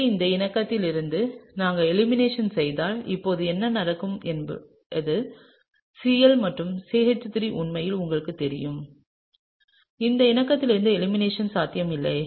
எனவே இந்த இணக்கத்திலிருந்து நாங்கள் எலிமினேஷன் செய்தால் இப்போது என்ன நடக்கும் என்பது Cl மற்றும் CH3 உண்மையில் உங்களுக்குத் தெரியும் இந்த இணக்கத்திலிருந்து எலிமினேஷன் சாத்தியம் இல்லை